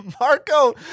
Marco